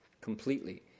completely